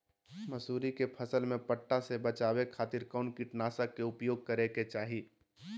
मसूरी के फसल में पट्टा से बचावे खातिर कौन कीटनाशक के उपयोग करे के चाही?